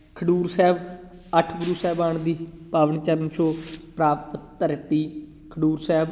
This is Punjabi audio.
ਖਡੂਰ ਸਾਹਿਬ ਅੱਠ ਗੁਰੂ ਸਾਹਿਬਾਨ ਦੀ ਪਾਵਨ ਚਰਨ ਛੋਹ ਪ੍ਰਾਪਤ ਧਰਤੀ ਖਡੂਰ ਸਾਹਿਬ